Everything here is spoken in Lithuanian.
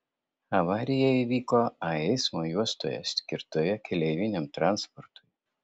avarija įvyko a eismo juostoje skirtoje keleiviniam transportui